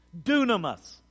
dunamis